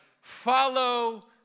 Follow